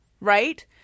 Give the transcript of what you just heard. right